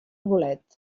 bolet